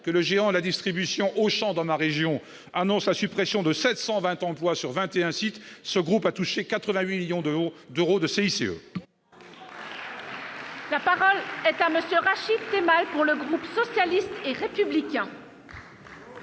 que le géant la distribution Auchan dans ma région, annonce la suppression de 720 emplois sur 21 sites, ce groupe a touché 88 millions de ou d'Euro de CICE. La parole est à monsieur Rachid c'est mal pour le groupe socialiste et républicain.